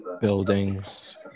buildings